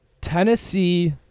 Tennessee